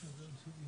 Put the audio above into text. זה המון.